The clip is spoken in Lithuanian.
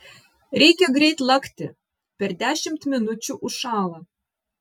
reikia greit lakti per dešimt minučių užšąla